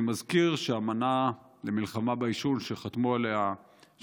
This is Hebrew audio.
אני מזכיר שהאמנה למלחמה בעישון של האו"ם,